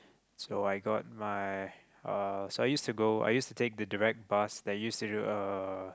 so I got my uh so I use to go I use to take the direct bus that use to be uh